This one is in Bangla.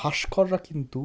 ভাস্কররা কিন্তু